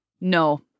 no